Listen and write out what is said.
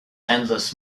endless